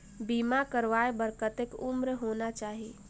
बीमा करवाय बार कतेक उम्र होना चाही?